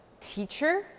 teacher